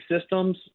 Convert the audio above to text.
systems